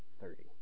thirty